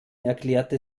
erklärte